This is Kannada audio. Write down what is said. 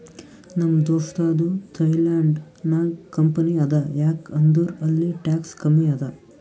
ನಮ್ ದೋಸ್ತದು ಥೈಲ್ಯಾಂಡ್ ನಾಗ್ ಕಂಪನಿ ಅದಾ ಯಾಕ್ ಅಂದುರ್ ಅಲ್ಲಿ ಟ್ಯಾಕ್ಸ್ ಕಮ್ಮಿ ಅದಾ